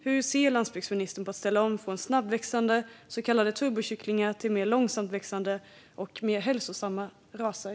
Hur ser landsbygdsministern på att ställa om från snabbväxande så kallade turbokycklingar till mer långsamväxande och hälsosamma raser?